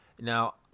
Now